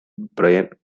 brian